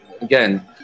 again